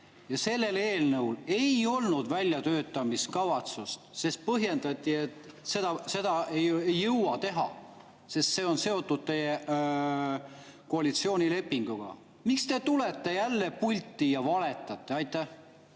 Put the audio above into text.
Sellel eelnõul ei olnud väljatöötamiskavatsust, seda põhjendati nii, et seda ei jõuta teha, sest see [eelnõu] on seotud teie koalitsioonilepinguga. Miks te tulete jälle pulti ja valetate? Aitäh,